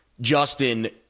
Justin